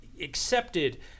accepted